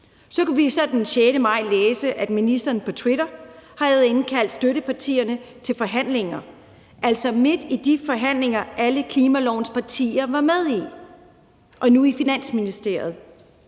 Så kunne vi så den 6. maj læse, at ministeren på Twitter havde indkaldt støttepartierne til forhandlinger, altså midt i de forhandlinger, alle klimalovens partier var med i, og nu i Finansministeriet,